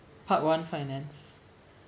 part one finance